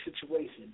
situation